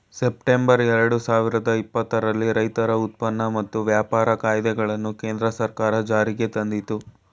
September ಎರಡು ಸಾವಿರದ ಇಪ್ಪತ್ತರಲ್ಲಿ ರೈತರ ಉತ್ಪನ್ನ ಮತ್ತು ವ್ಯಾಪಾರ ಕಾಯ್ದೆಗಳನ್ನು ಕೇಂದ್ರ ಸರ್ಕಾರ ಜಾರಿಗೆ ತಂದಿತು